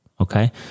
Okay